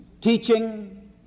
teaching